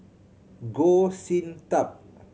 Goh Sin Tub